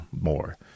more